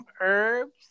herbs